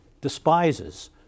despises